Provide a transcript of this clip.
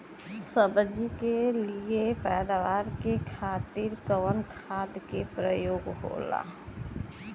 सब्जी के लिए पैदावार के खातिर कवन खाद के प्रयोग होला?